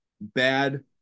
bad